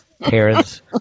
parents